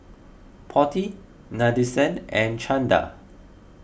Potti Nadesan and Chanda